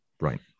Right